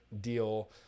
deal